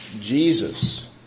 Jesus